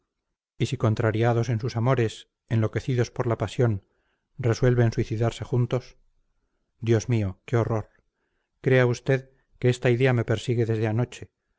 y si contrariados en sus amores enloquecidos por la pasión resuelven suicidarse juntos dios mío qué horror crea usted que esta idea me persigue desde anoche